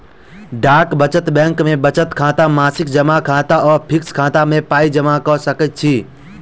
डाक बचत बैंक मे बचत खाता, मासिक जमा खाता आ फिक्स खाता मे पाइ जमा क सकैत छी